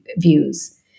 views